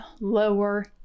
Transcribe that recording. lower